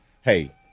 hey